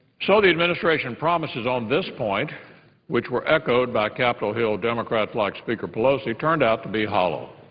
so the administration promises on this point which were echoed by capitol hill democrats like speaker pelosi turned out to be hollow.